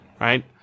Right